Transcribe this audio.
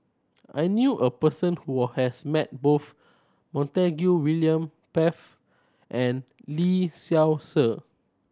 I knew a person who has met both Montague William Pett and Lee Seow Ser